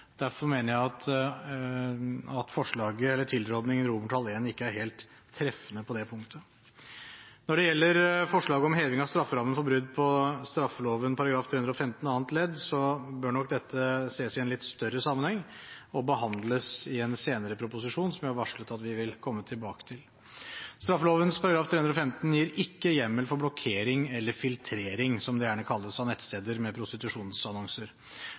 Derfor mener jeg at tilrådningen til vedtak I ikke er helt treffende på det punktet. Når det gjelder forslaget om heving av strafferammen for brudd på straffeloven § 315 annet ledd, bør nok dette ses i en litt større sammenheng og behandles i en senere proposisjon, som jeg har varslet at vi vil komme tilbake til. Straffeloven § 315 gir ikke hjemmel for blokkering – eller filtrering, som det gjerne kalles – av nettsteder med